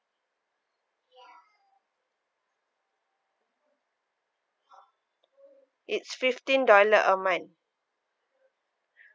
it's fifteen dollar a month